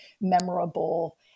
memorable